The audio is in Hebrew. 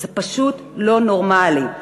זה פשוט לא נורמלי.